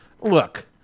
Look